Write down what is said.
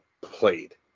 played